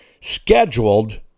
scheduled